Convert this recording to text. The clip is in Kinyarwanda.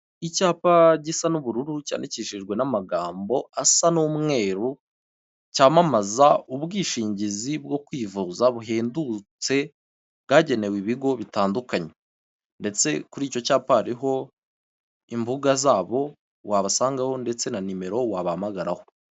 Icyapa gisa n'ubururu, cyandikishijwe n'amagambo asa n'umweru, cyamamaza ubwishingizi bwo kwivuza buhendutse, bwagenewe ibigo bitandukanye. Ndetse kuri icyo cyapa hariho imbuga zabo wabasangaho ndetse na nimero wabahamagaraho.